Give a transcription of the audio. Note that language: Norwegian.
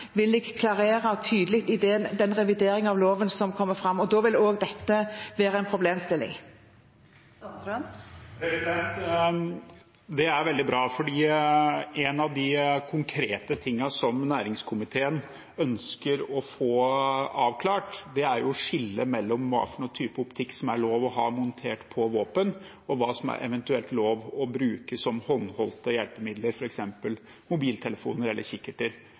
vil jeg avklare det tydelig i revideringen av loven som kommer. Da vil også dette være en problemstilling. Det er veldig bra, for noe av det konkrete som næringskomiteen ønsker å få avklart, er skillet mellom hva slags type optikk som er lov å ha montert på våpen, og hva som eventuelt er lov å bruke som håndholdte hjelpemidler, f.eks. mobiltelefoner og kikkerter,